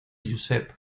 giuseppe